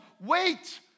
wait